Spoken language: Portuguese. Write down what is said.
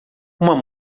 uma